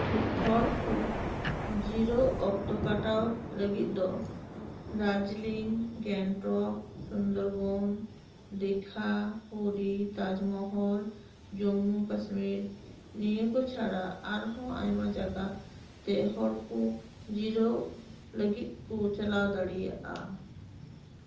ᱦᱚᱲ ᱠᱚ ᱡᱤᱨᱟᱹᱣ ᱚᱠᱛᱚ ᱠᱟᱴᱟᱣ ᱞᱟᱹᱜᱤᱫ ᱫᱚ ᱫᱟᱨᱡᱤᱞᱤᱝ ᱜᱮᱝᱴᱚᱠ ᱥᱩᱱᱫᱚᱨᱵᱚᱱ ᱫᱤᱜᱷᱟ ᱯᱩᱨᱤ ᱛᱟᱡᱽ ᱢᱚᱦᱚᱞ ᱡᱚᱢᱢᱩ ᱠᱟᱥᱢᱤᱨ ᱱᱤᱭᱟᱹ ᱠᱚ ᱪᱷᱟᱲᱟ ᱟᱨᱦᱚᱸ ᱟᱭᱢᱟ ᱡᱟᱜᱟ ᱛᱮ ᱦᱚᱲ ᱠᱚ ᱡᱤᱨᱟᱹᱣ ᱞᱟᱹᱜᱤᱫ ᱠᱚ ᱪᱟᱞᱟᱣ ᱫᱟᱲᱮᱭᱟᱜᱼᱟ